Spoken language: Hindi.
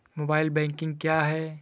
मोबाइल बैंकिंग क्या है?